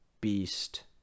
beast